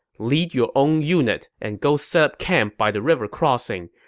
lead your own unit and go set up camp by the river crossing.